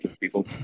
people